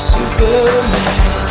Superman